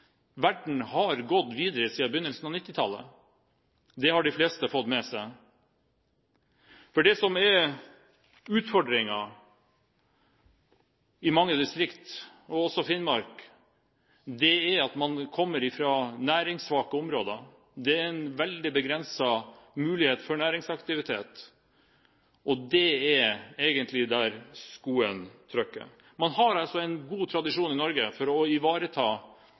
Verden har gått videre siden begynnelsen av 1990-tallet. Det har de fleste fått med seg. Det som er utfordringen i mange distrikt, også i Finnmark, er at man har næringssvake områder med veldig begrensede muligheter for næringsaktivitet, og det er egentlig der skoen trykker. Man har i Norge en god tradisjon for å ivareta